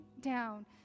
down